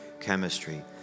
chemistry